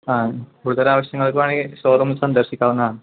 ആ കൂടുതൽ ആവശ്യങ്ങൾക്ക് വേണമെങ്കിൽ ഷോറൂം സന്ദർശിക്കാവുന്നതാണ്